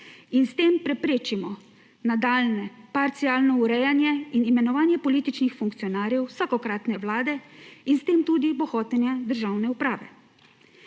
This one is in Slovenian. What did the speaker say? in s tem preprečimo nadaljnje parcialno urejanje in imenovanje političnih funkcionarjev vsakokratne vlade in s tem tudi bohotenje državne uprave.